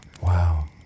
Wow